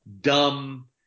dumb